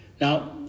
Now